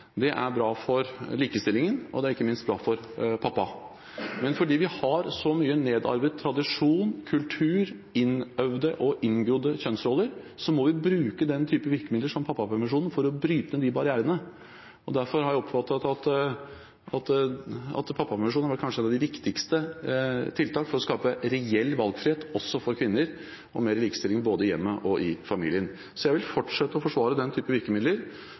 det er bra for likestillingen, og det er ikke minst bra for pappa. Men fordi vi har så mye nedarvet tradisjon, kultur og innøvde og inngrodde kjønnsroller, må vi bruke den type virkemiddel som pappapermisjon er, for å bryte ned de barrierene. Derfor har jeg oppfattet at pappapermisjonen kanskje har vært det viktigste tiltaket for å skape reell valgfrihet også for kvinner og mer likestilling både i hjemmet og i familien. Jeg vil fortsette å forsvare den type